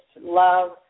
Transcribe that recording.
love